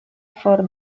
for